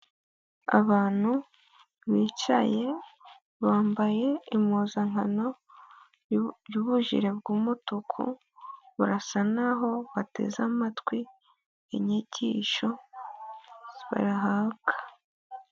Abantu bicaye bambaye impuzankano y'bujire bw'umutuku, barasa naho bateze amatwi inyigisho zo bahabwa.